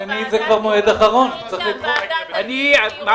רק שמשרד הביטחון יצטרך לגשת לבית המשפט ולומר- -- אני מבקש